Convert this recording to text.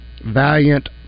Valiant